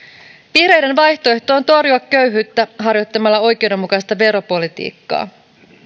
vihreiden vaihtoehto on torjua köyhyyttä harjoittamalla oikeudenmukaista veropolitiikkaa